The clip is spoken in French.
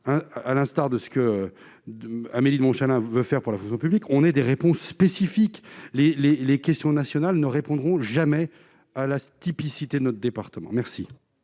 à l'instar de ce que Amélie de Montchalin veut faire pour la fonction publique, on ait des réponses spécifiques les, les, les questions nationales ne répondront jamais à la typicité notre département merci.